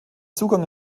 zugang